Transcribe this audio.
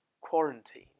quarantine